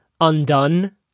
undone